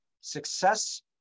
success